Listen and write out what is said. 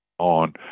on